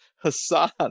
Hassan